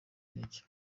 intege